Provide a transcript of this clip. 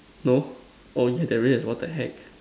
no oh yeah there i what the heck